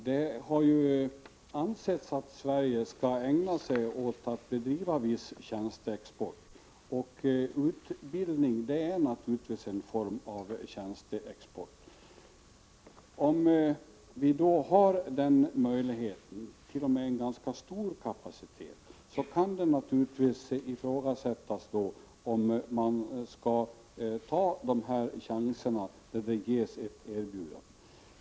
Herr talman! Det har ansetts att Sverige skall ägna sig åt att bedriva viss tjänsteexport, och utbildning är naturligtvis en form av tjänsteexport. Om vi då har en möjlighet och, som i det här fallet, t.o.m. en ganska stor kapacitet för att erbjuda en utbildning, kan det ifrågasättas om vi inte skall ta chansen när ett tillfälle ges.